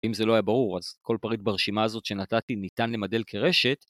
אם זה לא היה ברור אז כל פריט ברשימה הזאת שנתתי ניתן למדל כרשת